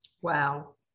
Wow